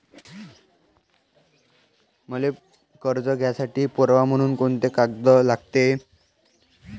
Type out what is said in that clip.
मले कर्ज घ्यासाठी पुरावा म्हनून कुंते कागद लागते?